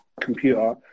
computer